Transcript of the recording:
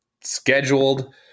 scheduled